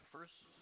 First